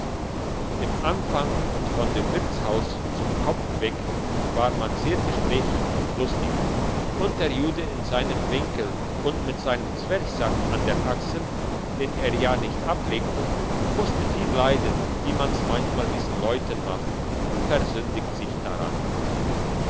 im anfang und von dem wirtshaus zum kopf weg war man sehr gesprächig und lustig und der jude in seinem winkel und mit seinem zwerchsack an der achsel den er ja nicht ablegte musste viel leiden wie man's manchmal diesen leuten macht und versündiget sich daran